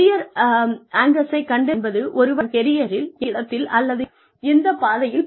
career ஆங்கர்ஸை கண்டறிவதென்பது ஒருவர் தன் கெரியரில் எந்த இடத்தில் அல்லது எந்த நிலையில் இருக்கிறார்